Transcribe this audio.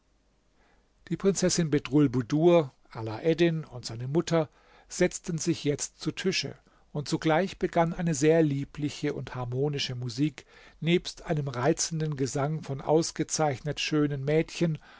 die prinzessin bedrulbudur alaeddin und seine mutter setzten sich jetzt zu tische und sogleich begann eine sehr liebliche und harmonische musik nebst einem reizenden gesang von ausgezeichnet schönen mädchen